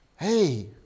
hey